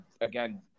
again